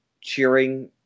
cheering